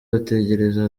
bategereze